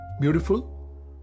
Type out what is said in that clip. beautiful